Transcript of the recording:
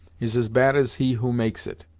is as bad as he who makes it.